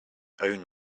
own